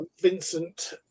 Vincent